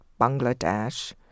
Bangladesh